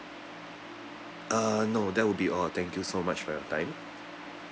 ah no that will be all thank you so much for your time